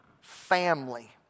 family